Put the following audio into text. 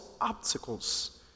obstacles